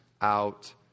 out